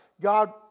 God